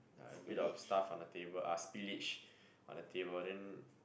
like a bit of stuff on the table ah spillage on the table then